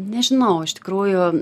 nežinau iš tikrųjų